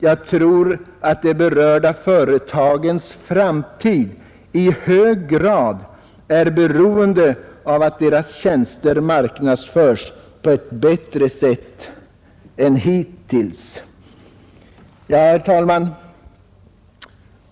Jag tror att de berörda företagens framtid i hög grad är beroende av att deras tjänster marknadsförs på ett bättre sätt än hittills.” Herr talman!